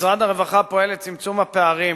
משרד הרווחה פועל לצמצום הפערים,